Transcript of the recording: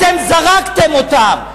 אתם זרקתם אותם.